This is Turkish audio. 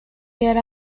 yer